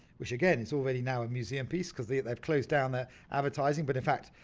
which again it's all very now a museum piece cause they've closed down their advertising but in fact,